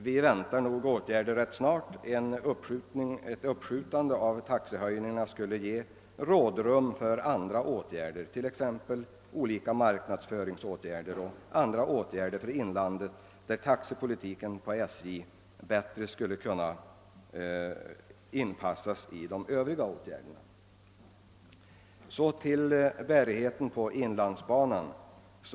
Vi väntar nu på snara åtgärder; ett uppskjutande av taxehöjningarna skulle ge rådrum för andra åtgärder, t.ex. olika marknadsföringsåtgärder och även andra åtgärder i inlandet. SJ:s taxepolitik borde därvid kunna inpassas i de övriga åtgärderna. Så till bärigheten på inlandsbanan.